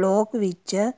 ਲੋਕ ਵਿੱਚ